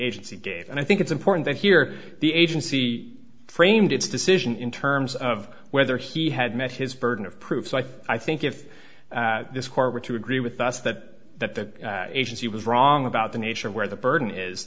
agency gave and i think it's important that here the agency framed its decision in terms of whether he had met his burden of proof so i think if this court were to agree with us that that the agency was wrong about the nature of where the burden is